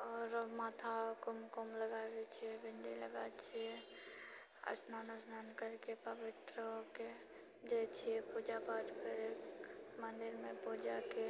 आओर माथा कुमकुम लगाबैत छियै बिन्दी लगाबैत छियै स्नान उस्नान करिके पवित्र होके जाइत छियै पूजा पाठ करय मन्दिरमे पूजाके